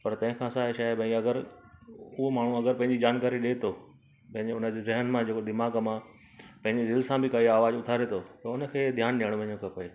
पर तंहिं खां छा छाहे भाई अगरि उहो माण्हू अगरि पंहिंजी जानकारी ॾे थो पंहिंजे हुनजे जहन मां जेको दिमाग़ मां पंहिंजी दिलि सां बि काई आवाज़ उथारे थो त हुनखे ध्यानु ॾियणो वञिणो खपे